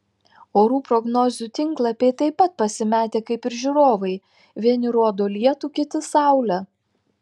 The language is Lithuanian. orų prognozių tinklapiai taip pat pasimetę kaip ir žiūrovai vieni rodo lietų kiti saulę